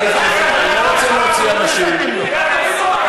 אוסקוט, אוסקוט.